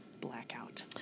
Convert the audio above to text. blackout